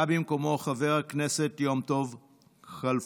בא במקומו חבר הכנסת יום טוב כלפון,